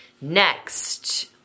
Next